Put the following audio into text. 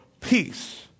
peace